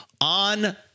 on